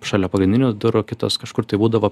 šalia pagrindinių durų kitas kažkur tai būdavo